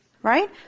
Right